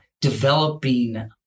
Developing